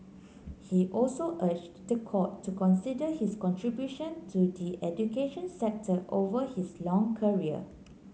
he also urged the court to consider his contribution to the education sector over his long career